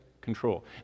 control